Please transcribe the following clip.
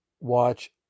watch